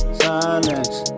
silence